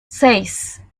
seis